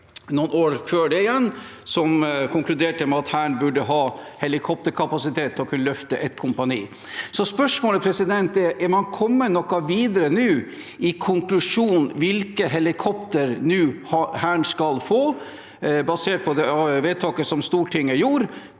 noen år før det igjen som konkluderte med at Hæren burde ha helikopterkapasitet til å kunne løfte et kompani. Spørsmålet er om man har kommet noe videre nå i konklusjonen om hvilke helikopter Hæren skal få, basert på vedtaket Stortinget gjorde?